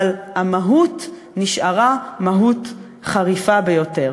אבל המהות נשארה מהות חריפה ביותר.